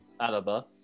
Alaba